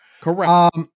Correct